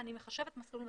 אני מחשבת מסלול מחדש.